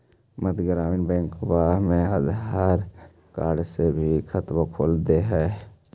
मध्य ग्रामीण बैंकवा मे आधार कार्ड से भी खतवा खोल दे है?